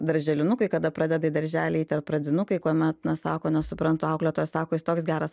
darželinukai kada pradeda į darželį eit ar pradinukai kuomet na sako nesuprantu auklėtoja sako jis toks geras